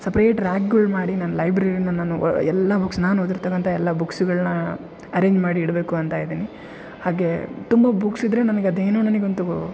separate ರ್ಯಾಕ್ಗಳ್ ಮಾಡಿ ನನ್ನ ಲೈಬ್ರಿರಿನ ನಾನು ಎಲ್ಲ ಬುಕ್ಸ್ ನಾನು ಓದಿರ್ತಕ್ಕಂಥ ಎಲ್ಲ ಬುಕ್ಸ್ಗಳನ್ನ ಅರೆಂಜ್ ಮಾಡಿ ಇಡಬೇಕು ಅಂತ ಇದ್ದೀನಿ ಹಾಗೆ ತುಂಬ ಬುಕ್ಸ್ ಇದ್ರೆ ನಮಗ್ ಅದೇನೋ ನನಗ್ ಅಂತೂ